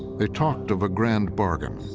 they talked of a grand bargain,